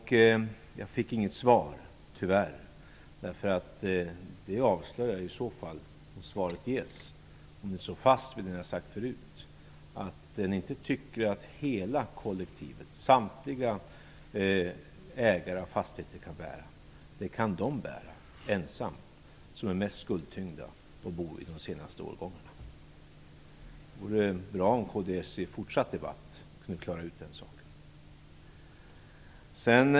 Jag fick inget svar, tyvärr! Om svaret ges avslöjas ju om ni står fast vid det ni har sagt förut, att ni inte tycker att hela kollektivet, samtliga ägare av fastigheter, kan bära det - det kan de ensamma bära som är mest skuldtyngda och som bor i hus av de senaste årgångarna. Det vore bra om kds i en fortsatt debatt kunde klara ut den saken.